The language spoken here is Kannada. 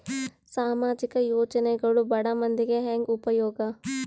ಸಾಮಾಜಿಕ ಯೋಜನೆಗಳು ಬಡ ಮಂದಿಗೆ ಹೆಂಗ್ ಉಪಯೋಗ?